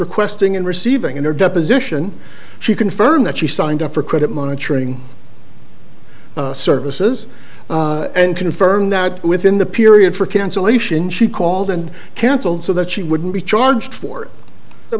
requesting and receiving in her deposition she confirmed that she signed up for credit monitoring services and confirmed that within the period for cancellation she called and cancelled so that she wouldn't be charged for